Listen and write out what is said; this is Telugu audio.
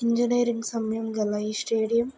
ఇంజినీరింగ్ సమయం గల ఈ స్టేడియం